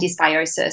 dysbiosis